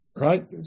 Right